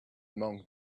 among